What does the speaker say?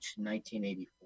1984